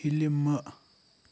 فِلمہٕ